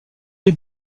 est